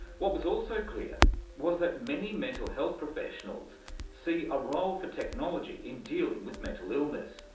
what was also clear was that many mental health professionals see a role for technology in dealing with mental illness.